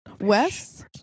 Wes